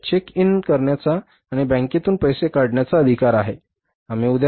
आपल्याला check in करण्याचा आणि बँकेतून पैसे काढण्याचा अधिकार आहे